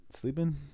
sleeping